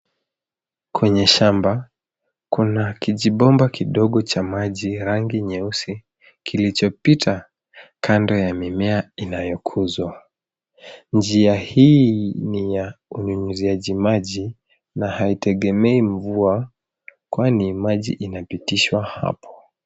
Kwenye shamba kuna kijibomba kidogo cha maji, rangi nyeusi kilichopita kando ya mimea inayokuzwa. Njia hii ni ya unyunyiziaji maji na haitegemei mvua kwani maji inapitishwa hapo.